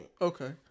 Okay